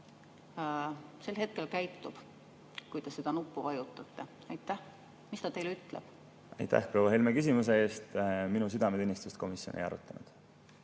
sel hetkel käitub, kui te seda nuppu vajutate? Mis ta teile ütleb? Aitäh, proua Helme, küsimuse eest! Minu südametunnistust komisjon ei arutanud.